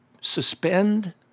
suspend